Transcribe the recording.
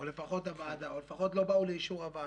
או לפחות לא באו לאישור הוועדה.